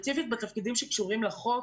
ספציפית בתפקידים שקשורים לחוק,